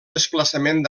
desplaçament